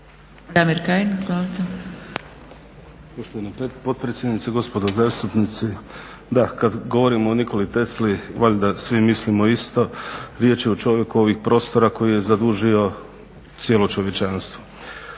Damir (Nezavisni)** Poštovana potpredsjednice, gospodo zastupnici. Da, kada govorimo o Nikoli Tesli valjda svi mislimo isto. Riječ je o čovjeku ovih prostora koji je zadužio cijelo čovječanstvo.